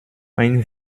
ein